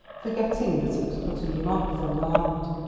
forgetting that it was cutting him off from the land.